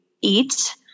eat